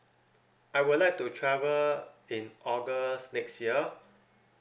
I would like to travel in august next year